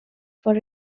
for